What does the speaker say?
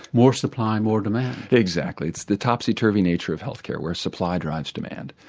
more supply and more demand. exactly, it's the topsy turvey nature of health care, where supply drives demand.